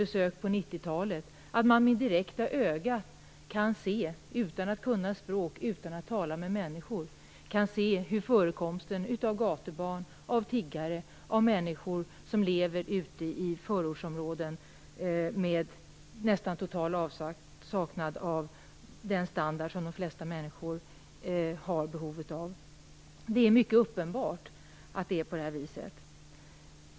Jag har kunnat konstatera att man med blotta ögat - utan att kunna språk, utan att tala med människor - direkt kan se hur gatubarn, tiggare och människor ute i förortsområden lever i nästan total avsaknad av den standard som de flesta människor har behov av. Det är mycket uppenbart att det är på det viset.